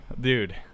Dude